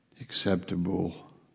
acceptable